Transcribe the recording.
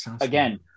again